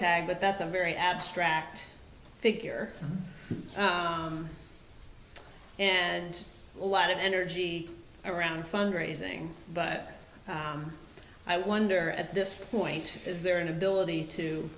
tag but that's a very abstract figure and a lot of energy around fundraising but i wonder at this point is there an ability to